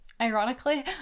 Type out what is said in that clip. ironically